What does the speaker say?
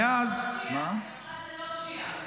היא אמרה שזה לא פשיעה.